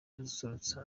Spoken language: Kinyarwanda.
asusurutsa